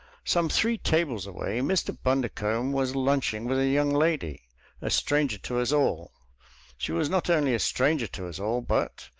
some three tables away mr. bundercombe was lunching with a young lady a stranger to us all she was not only a stranger to us all but,